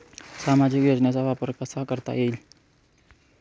सामाजिक योजनेचा वापर कसा करता येईल?